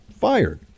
fired